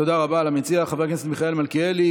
תודה רבה למציע, חבר הכנסת מיכאל מלכיאלי.